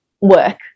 work